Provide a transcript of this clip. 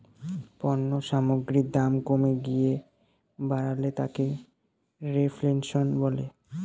পণ্য সামগ্রীর দাম কমে গিয়ে বাড়লে তাকে রেফ্ল্যাশন বলে